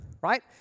right